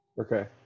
Okay